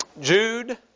Jude